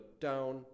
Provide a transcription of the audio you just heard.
down